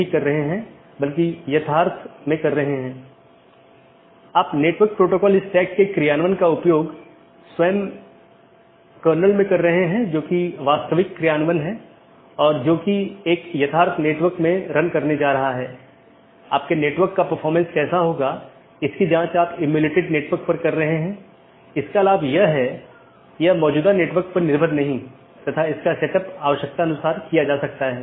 इसलिए जो हम देखते हैं कि मुख्य रूप से दो तरह की चीजें होती हैं एक है मल्टी होम और दूसरा ट्रांजिट जिसमे एक से अधिक कनेक्शन होते हैं लेकिन मल्टी होमेड के मामले में आप ट्रांजिट ट्रैफिक की अनुमति नहीं दे सकते हैं और इसमें एक स्टब प्रकार की चीज होती है जहां केवल स्थानीय ट्रैफ़िक होता है मतलब वो AS में या तो यह उत्पन्न होता है या समाप्त होता है